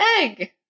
egg